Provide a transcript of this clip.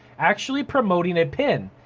actually promoting a pin.